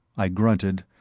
i grunted,